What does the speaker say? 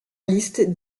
liste